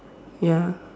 ya